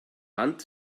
wand